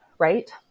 right